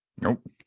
Nope